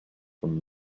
from